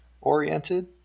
oriented